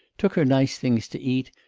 took her nice things to eat,